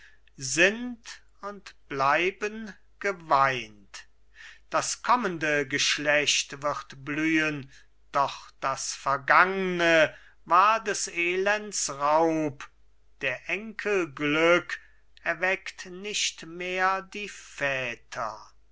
sind und bleiben geweint das kommende geschlecht wird blühen doch das vergangne war des elends raub der enkel glück erweckt nicht mehr die väter